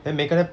then 每个人